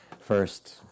first